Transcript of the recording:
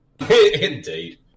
Indeed